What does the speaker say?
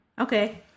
Okay